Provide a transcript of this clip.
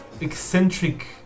eccentric